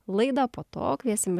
laidą po to kviesim